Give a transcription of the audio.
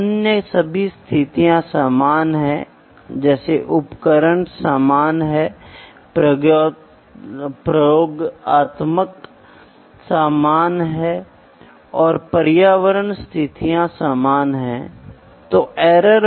इसलिए यदि आप लेथ मशीन लेते हैं तो आपके पास तीन पैरामीटर हैं speed feed depth of cut